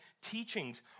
teachings